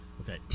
Okay